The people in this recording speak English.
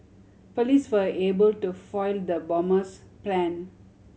police for able to foil the bomber's plan